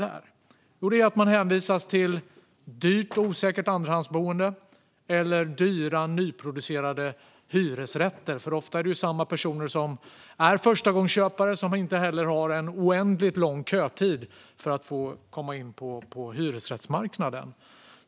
Jo, det är att man hänvisas till dyrt och osäkert andrahandsboende eller dyra, nyproducerade hyresrätter. Ofta är det samma personer som är förstagångsköpare som inte heller har en oändligt lång kötid för att få komma in på hyresrättsmarknaden.